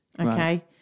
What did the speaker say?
okay